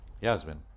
Yasmin